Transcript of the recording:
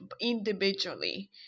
individually